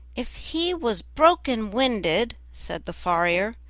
if he was broken-winded, said the farrier,